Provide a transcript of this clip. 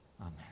Amen